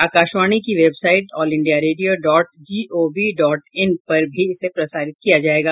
आकाशवाणी की website all India radio dot G O V dot in पर भी इसे प्रसारित किया जाएगा